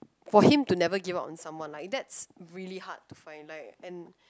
for him to never give up on someone like that's really hard to find like and